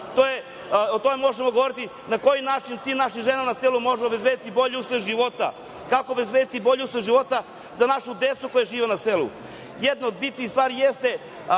dana možemo govoriti na koji način tim našim ženama na selu možemo obezbediti bolje uslove života, kako obezbediti bolje uslove života za našu decu koja žive na selu. Jedna od bitnih stvari jeste